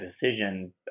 decision